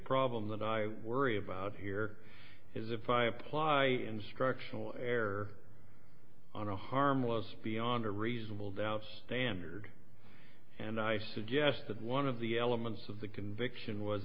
problem that i worry about here is if i apply instructional error on a harmless beyond a reasonable doubt standard and i suggested one of the elements of the conviction was